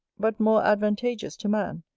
but more advantageous to man,